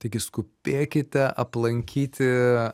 taigi skubėkite aplankyti